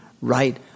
right